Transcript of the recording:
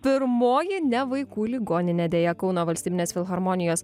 pirmoji ne vaikų ligoninė deja kauno valstybinės filharmonijos